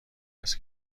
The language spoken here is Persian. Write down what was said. است